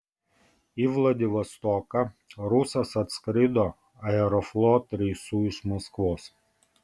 į vladivostoką rusas atskrido aeroflot reisu iš maskvos